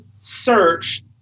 search